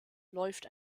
läuft